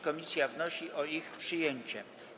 Komisja wnosi o ich przyjęcie.